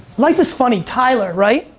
life is funny, tyler, right,